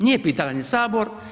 Nije pitala ni Sabor.